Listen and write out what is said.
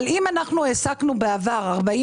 אבל אם בעבר העסקנו בשבוע הבחירות